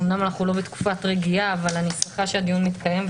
אומנם אנחנו לא בתקופת רגיעה ואני שמחה שהדיון מתקיים.